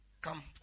come